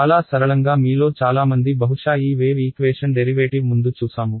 చాలా సరళంగా మీలో చాలామంది బహుశా ఈ వేవ్ ఈక్వేషన్ డెరివేటివ్ ముందు చూసాము